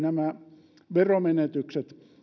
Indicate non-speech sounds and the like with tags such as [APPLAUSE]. [UNINTELLIGIBLE] nämä veromenetykset